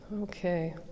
Okay